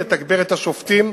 נתגבר את השופטים,